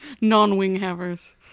non-wing-havers